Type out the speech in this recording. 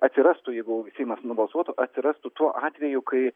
atsirastų jeigu seimas nubalsuotų atsirastų tuo atveju kai